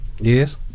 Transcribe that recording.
yes